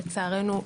לצערנו,